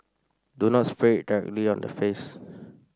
do not spray directly on the face